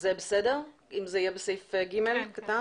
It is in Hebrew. זה בסדר אם זה יהיה בסעיף קטן (ג)?